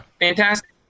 Fantastic